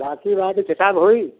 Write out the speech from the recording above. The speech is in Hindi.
बाक़ी बाद के हिसाब होई